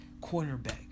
cornerback